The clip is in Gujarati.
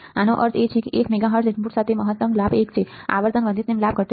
આનો અર્થ એ છે કે 1 મેગાહર્ટ્ઝ ઇનપુટ સાથે મહત્તમ લાભ એક છે આવર્તન વધે તેમ લાભ ઘટે છે